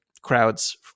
crowds